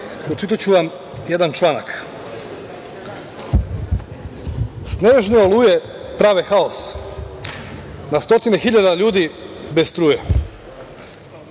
pročitaću vam jedan članak – snežne oluje prave haos. Na stotine hiljada ljudi bez struje.